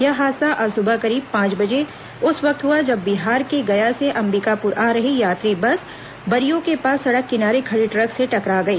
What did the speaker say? यह हादसा आज सुबह करीब पांच बजे उस वक्त हुआ जब बिहार के गया से अंबिकापुर आ रही यात्री बस बरियो के पास सड़क किनारे खड़ी ट्रक से टकरा गई